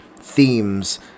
themes